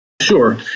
Sure